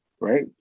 right